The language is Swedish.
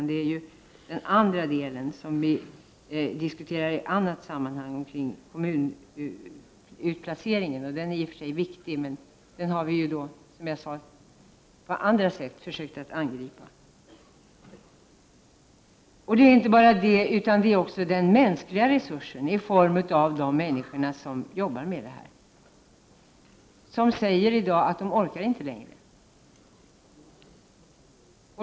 Det kan vi diskutera i ett annat skede, i samband med kommunutplacering. Det är i och för sig viktigt, men vi har försökt att angripa det på annat sätt. Det handlar också om människoresurser, om de människor som arbetar med flyktingarna. De säger i dag att de inte orkar längre.